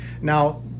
Now